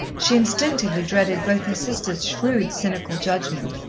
she instinctively dreaded both her sister's shrewd, cynical judgment,